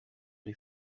les